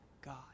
God